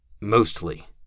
Mostly